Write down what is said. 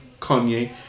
Kanye